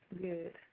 good